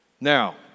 now